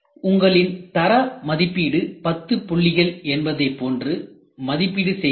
உங்களின் தர மதிப்பீடு 10 புள்ளிகள் என்பதைப் போன்று மதிப்பீடு செய்கிறீர்கள்